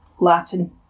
Latin